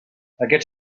aquest